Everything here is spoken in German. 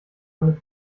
eine